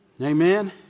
Amen